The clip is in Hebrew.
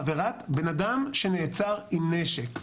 עבירת בן-אדם שנעצר עם נשק,